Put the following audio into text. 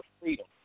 freedom